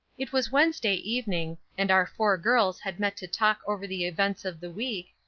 it was wednesday evening, and our four girls had met to talk over the events of the week,